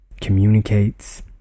communicates